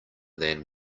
than